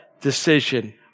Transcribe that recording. decision